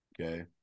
Okay